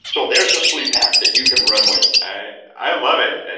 so there's a sleep hack that you can run with i i love it.